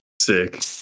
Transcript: Sick